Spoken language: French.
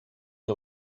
une